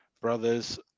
brothers